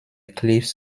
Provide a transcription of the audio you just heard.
cliffs